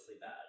bad